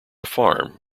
farm